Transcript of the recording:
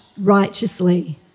righteously